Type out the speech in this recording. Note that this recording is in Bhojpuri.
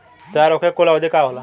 तैयार होखे के कूल अवधि का होला?